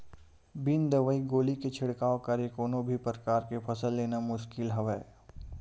बिन दवई गोली के छिड़काव करे कोनो भी परकार के फसल लेना मुसकिल हवय